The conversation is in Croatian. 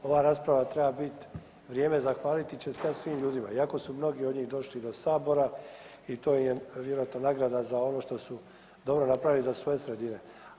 Ova rasprava treba bit vrijeme zahvalit i čestitat svim ljudima, iako su mnogi od njih došli do Sabora i to im je vjerojatno nagrada za ono što su dobro napravili za svoje sredine.